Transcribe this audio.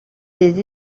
les